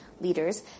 leaders